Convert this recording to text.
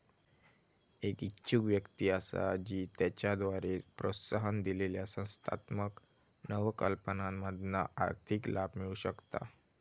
एक इच्छुक व्यक्ती असा जी त्याच्याद्वारे प्रोत्साहन दिलेल्या संस्थात्मक नवकल्पनांमधना आर्थिक लाभ मिळवु शकता